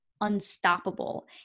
unstoppable